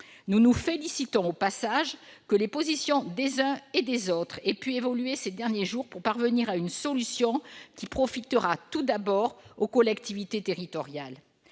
Nous nous félicitons, au passage, que les positions des uns et des autres aient évolué ces derniers jours pour parvenir à une solution qui profitera en premier lieu aux collectivités territoriales.